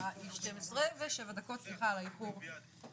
השעה 12:07 דקות, סליחה על האיחור הקל.